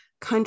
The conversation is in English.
country